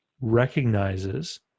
recognizes